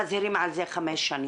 מזהירים על זה כבר חמש שנים.